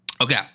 Okay